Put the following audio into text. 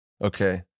Okay